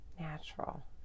natural